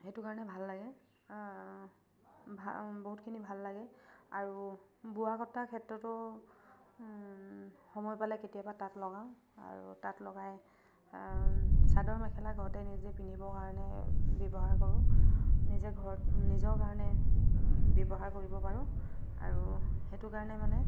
সেইটো কাৰণে ভাল লাগে ভাল বহুতখিনি ভাল লাগে আৰু বোৱা কটা ক্ষেত্ৰতো সময় পালে কেতিয়াবা তাত লগাওঁ আৰু তাত লগাই চাদৰ মেখেলা ঘৰতে নিজে পিন্ধিব কাৰণে ব্যৱহাৰ কৰো নিজে ঘৰত নিজৰ কাৰণে ব্যৱহাৰ কৰিব পাৰো আৰু সেইটো কাৰণে মানে